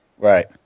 Right